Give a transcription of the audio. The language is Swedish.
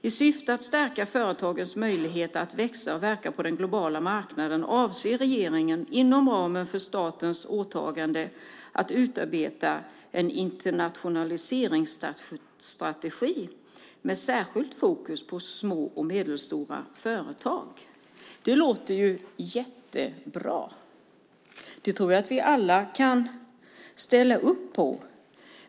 I syfte att stärka företagens möjligheter att växa och verka på den globala marknaden avser regeringen att inom ramen för statens åtagande utarbeta en internationaliseringsstrategi med särskilt fokus på små och medelstora företag." Det låter ju jättebra! Det tror jag att vi alla kan ställa upp på.